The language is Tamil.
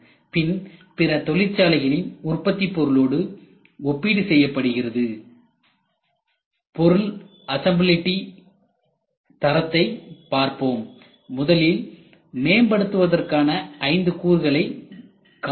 பின் பிற தொழிற்சாலைகளின் உற்பத்தி பொருளோடு ஒப்பீடு செய்யப்படுகிறது பொருள் அசம்பிளிடி தரத்தை பார்ப்போம் முதலில் மேம்படுத்துவதற்கான ஐந்து கூறுகளைக் காண்போம்